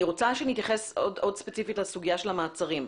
רוצה שנתייחס ספציפית לסוגיה של המעצרים.